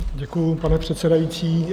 Děkuji, pane předsedající.